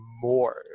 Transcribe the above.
more